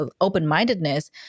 open-mindedness